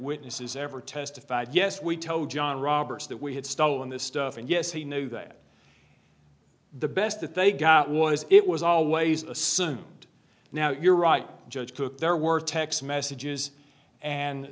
witnesses ever testified yes we told john roberts that we had stolen this stuff and yes he knew that the best that they got was it was always assumed now you're right the judge took their word text messages and